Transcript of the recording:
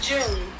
June